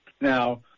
Now